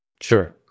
Sure